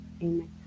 Amen